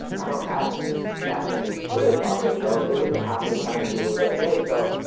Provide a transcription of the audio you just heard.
i don't have that many twitter followers relatively, but how many times people go, like hey, so,